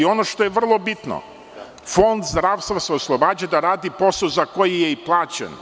Ono što je vrlo bitno – Fond zdravstva se oslobađa da radi posao za koji je i plaćen.